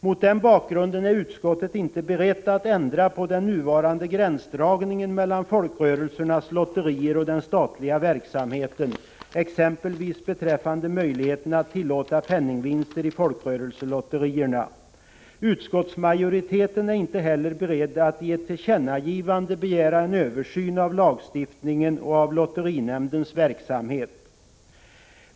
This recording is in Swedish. Mot den bakgrunden är utskottet inte berett att ändra på den nuvarande gränsdragningen mellan folkrörelsernas lotterier och den statliga verksamheten, exempelvis beträffande möjligheten att tillåta penningvinster i folkrörelselotterierna. Utskottsmajoriteten är inte heller beredd att i ett tillkännagivande begära en översyn av lagstiftningen och av lotterinämndens verksamhet.